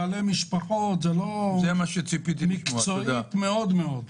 בעלי משפחות ועדה מקצועית מאוד.